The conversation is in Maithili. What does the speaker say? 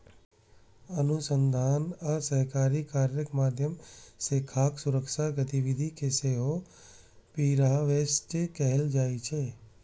अनुसंधान आ सहकारी कार्यक माध्यम सं खाद्य सुरक्षा गतिविधि कें सेहो प्रीहार्वेस्ट कहल जाइ छै